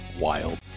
Wild